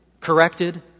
corrected